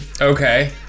Okay